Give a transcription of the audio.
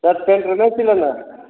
सट पैंट नहीं सिलाना है